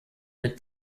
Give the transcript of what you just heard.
mit